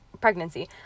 pregnancy